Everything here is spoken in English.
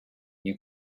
you